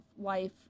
life